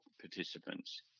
participants